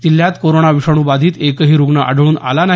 जिल्ह्यात कोरोना विषाणू बाधित एकही रूग्ण आढळून आला नाही